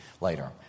later